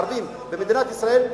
ערבים במדינת ישראל,